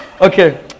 Okay